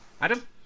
adam